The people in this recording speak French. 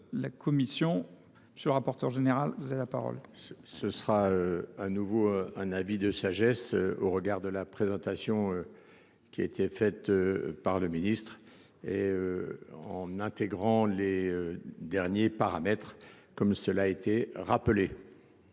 la Commission. Monsieur le rapporteur général, vous avez la parole. Ce Ce sera à nouveau un avis de sagesse au regard de la présentation qui a été faite par le ministre et en intégrant les derniers paramètres comme cela a été rappelé.